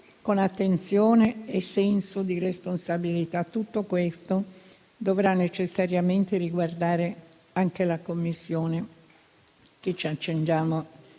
con attenzione e senso di responsabilità. Tutto questo dovrà necessariamente riguardare anche la Commissione che ci accingiamo